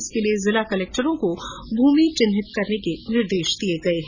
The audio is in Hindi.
इसके लिए जिला कलेक्टर को भूमि चिन्हित करने के निर्देश दिये गये हैं